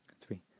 three